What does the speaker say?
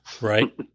Right